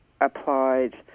applied